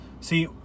See